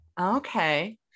Okay